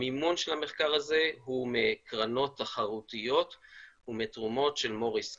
המימון של המחקר הזה הוא מקרנות תחרותיות ומתרומות של מוריס קאהן,